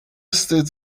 stayed